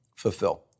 fulfill